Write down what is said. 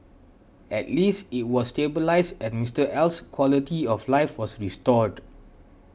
at least it was stabilised and Mister L's quality of life was restored